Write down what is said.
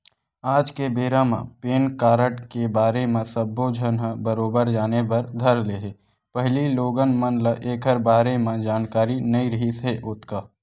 आज के बेरा म पेन कारड के बारे म सब्बो झन ह बरोबर जाने बर धर ले हे पहिली लोगन मन ल ऐखर बारे म जानकारी नइ रिहिस हे ओतका